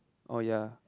oh ya